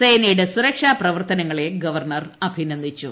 സേനയുടെ സുരക്ഷാ പ്രവർത്തനങ്ങളെ ഗവർണർ അഭിനന്ദിച്ചു